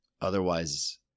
otherwise